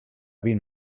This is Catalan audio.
vint